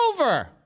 over